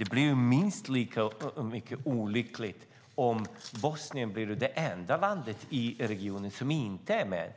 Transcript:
Det blir minst sagt olyckligt om Bosnien blir det enda landet i regionen som inte är med.